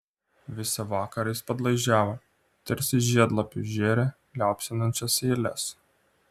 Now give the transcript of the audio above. visą vakarą jis padlaižiavo tarsi žiedlapius žėrė liaupsinančias eiles